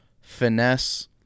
finesse